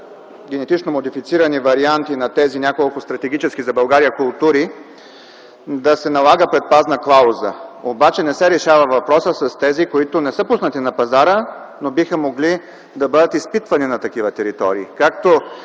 генетично модифицирани варианти на тези няколко стратегически за България култури да се налага предпазна клауза, обаче не се решава въпросът с тези, които не са пуснати на пазара, но биха могли да бъдат изпитвани на такива територии.